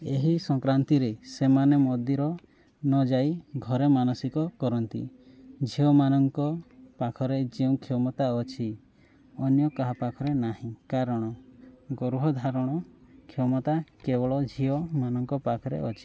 ଏହି ସଂକ୍ରାନ୍ତିରେ ସେମାନେ ମନ୍ଦିର ନ ଯାଇ ଘରେ ମାନସିକ କରନ୍ତି ଝିଅମାନଙ୍କ ପାଖରେ ଯେଉଁ କ୍ଷମତା ଅଛି ଅନ୍ୟ କାହା ପାଖରେ ନାହିଁ କାରଣ ଗର୍ଭଧାରଣ କ୍ଷମତା କେବଳ ଝିଅମାନଙ୍କ ପାଖରେ ଅଛି